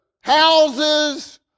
houses